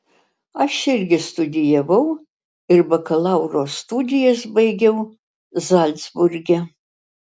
aš irgi studijavau ir bakalauro studijas baigiau zalcburge